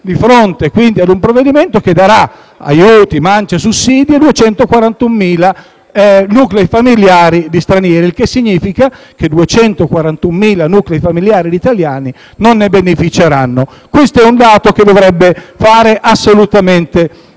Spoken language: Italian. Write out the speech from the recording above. di fronte a un provvedimento che darà aiuti, mance e sussidi a 241.000 nuclei familiari di stranieri. E ciò significa che 241.000 nuclei familiari di italiani non ne beneficeranno. Questo è un dato che dovrebbe assolutamente far